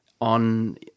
on